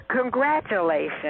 congratulations